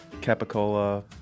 capicola